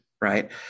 right